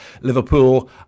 Liverpool